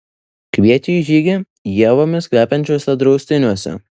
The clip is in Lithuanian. kviečia į žygį ievomis kvepiančiuose draustiniuose